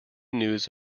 news